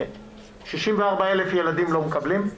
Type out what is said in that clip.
64,000 ילדים לא מקבלים,